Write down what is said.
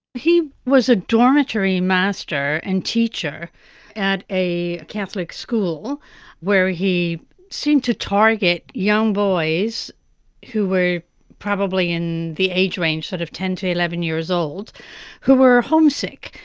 he was a dormitory master and teacher at a catholic school where he seemed to target young boys who were probably in the age range sort of ten to eleven years old who were homesick,